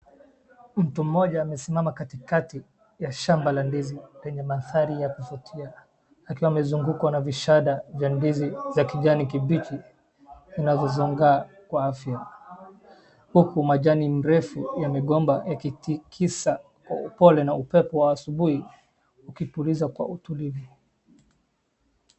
Mtu mmoja amesimama katikati ya shamba la ndizi penye mandhari ya kuvutia, akiwa amezungukwa na vishada vya ndizi za kijani kibichi vinavyozangaa kwa afya, huku majani mrefu ya migomba yakitikisa kwa upole na upepo wa asubuhi ukipuliza kwa utulivu.